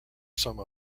some